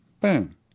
Boom